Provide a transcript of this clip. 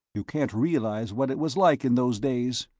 you can't realize what it was like in those days.